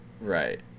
Right